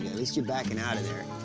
least you're backing out of there.